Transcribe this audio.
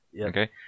Okay